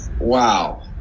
wow